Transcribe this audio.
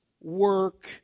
work